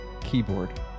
keyboard